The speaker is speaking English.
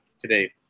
today